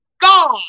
God